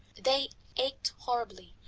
they ached horribly,